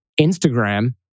Instagram